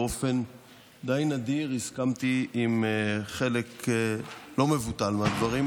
באופן די נדיר הסכמתי עם חלק לא מבוטל מהדברים,